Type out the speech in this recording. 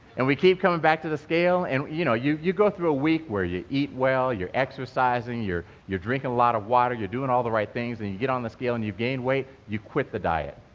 and we keep coming back to the scale, and you know you you go through a week where you eat well, you're exercising, you're you're drinking a lot of water, you're doing all the right things, and you get on the scale, and you've gained weight you quit the diet.